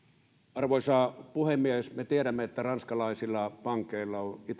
arvoisa puhemies me tiedämme että ranskalaisilla pankeilla